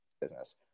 business